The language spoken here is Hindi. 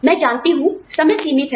मैं जानती हूं समय सीमित है